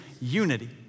unity